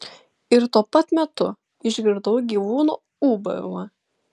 ir tuo pat metu išgirdau gyvūno ūbavimą